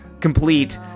complete